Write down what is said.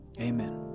amen